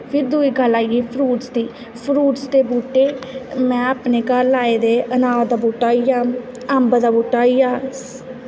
फिर दुई गल्ल आई गेई फ्रूटस दी फ्रूटस दे बूह्टे में अपने घर लाए दे अनार दा बूह्टा होइया अम्ब दा बूह्टा होइया